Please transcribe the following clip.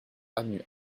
avenue